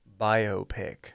biopic